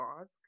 ask